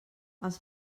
els